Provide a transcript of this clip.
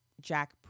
Jack